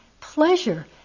pleasure